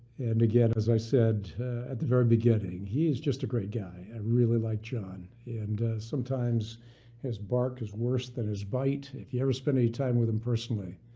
and again as i said at the very beginning he is just a great guy. i and really like john, and sometimes his bark is worse than his bite. if you ever spend any time with him personally,